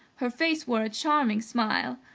her face wore a charming smile,